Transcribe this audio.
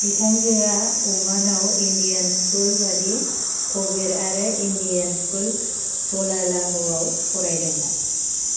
बिथांजोआ अमानाव Indian school बादि कबीर आरो इण्डियान स्कुल सलालाहआवबो फरायदोंमोन